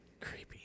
Creepy